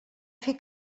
fer